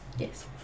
Yes